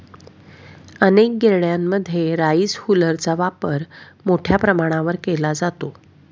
अनेक गिरण्यांमध्ये राईस हुलरचा वापर मोठ्या प्रमाणावर केला जातो